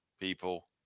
people